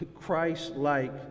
Christ-like